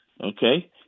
Okay